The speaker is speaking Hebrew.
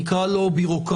נקרא לו בירוקרטי,